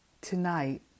tonight